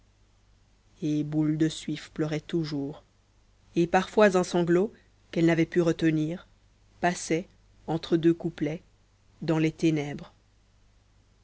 et boule de suif pleurait toujours et parfois un sanglot qu'elle n'avait pu retenir passait entre deux couplets dans les ténèbres